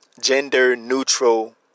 gender-neutral